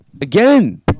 Again